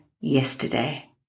yesterday